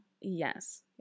Yes